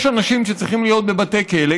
יש אנשים שצריכים להיות בבתי כלא,